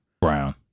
brown